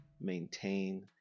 maintain